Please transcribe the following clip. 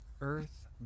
Earth